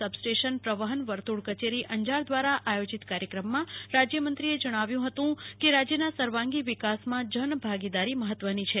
substation પ્રવફન વર્તુ ળ કચેરી અંજાર દ્વારા આયોજિત કાર્યક્રમમાં રાજ્યમંત્રીએ જણાવ્યું હતું કેરાજ્યના સર્વાંગી વિકાસમાં જનભાગીદારી મફત્ત્વની છે